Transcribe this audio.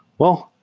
well,